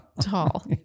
tall